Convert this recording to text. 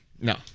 No